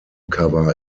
cover